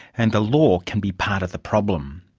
and the law can be part of the problem.